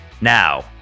Now